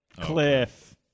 Cliff